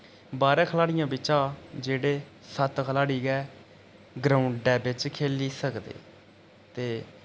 बारां खलाड़ियें बिच्चा जेह्ड़े सत्त खलाड़ी गै ग्राउंडै बिच्च खेली सकदे ते